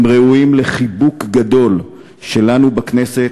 הם ראויים לחיבוק גדול שלנו בכנסת,